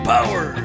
Power